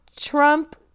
trump